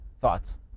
Thoughts